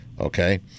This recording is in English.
Okay